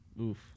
Oof